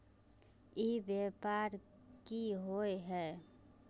ई व्यापार की होय है?